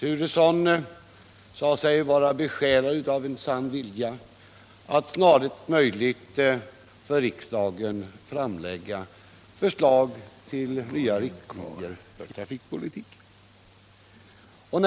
Han sade sig vara besjälad av en sann vilja att snarast möjligt för riksdagen framlägga förslag till nya riktlinjer för trafikpolitiken.